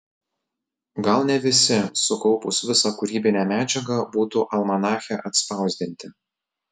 gal ne visi sukaupus visą kūrybinę medžiagą būtų almanache atspausdinti